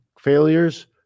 failures